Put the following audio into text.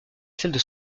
celles